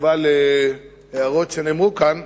בתשובה על ההערות שנאמרו כאן,